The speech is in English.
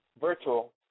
virtual